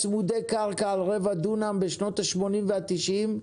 היא בנתה צמודי קרקע על רבע דונם בשנות השמונים והתשעים,